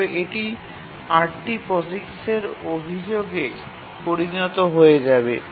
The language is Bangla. তবে এটি RT POSIX এর অভিযোগে পরিনত হয়ে যাবে